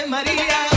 Maria